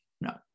no